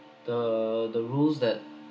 the the rules that